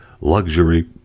luxury